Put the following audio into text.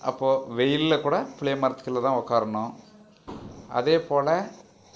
அப்போது வெயிலில் கூட புளிய மரத்துக்கு கீழே தான் உட்காரணும் அதேப்போல்